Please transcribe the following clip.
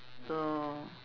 so